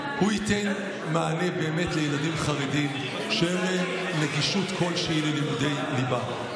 הוא ייתן מענה באמת לילדים חרדים שאין להם נגישות כלשהי ללימודי ליבה.